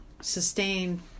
sustain